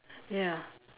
ya